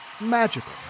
magical